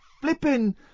flipping